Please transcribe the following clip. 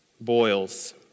boils